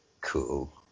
Cool